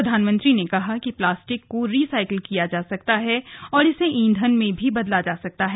प्रधानमंत्री ने कहा कि प्लास्टिक को रिसाइकिल किया जा सकता है और इसे ईंधन में बदला जा सकता है